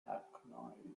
hackneyed